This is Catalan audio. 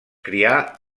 crià